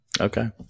Okay